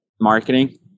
marketing